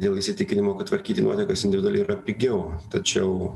dėl įsitikinimo kad tvarkyti nuotekas individualiai yra pigiau tačiau